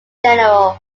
general